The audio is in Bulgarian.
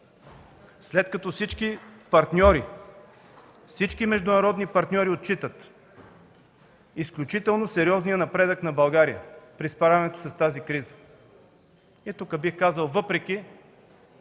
ръкопляскания от КБ.) Всички международни партньори отчитат изключително сериозния напредък на България при справянето с тази криза. И тук бих казал: въпреки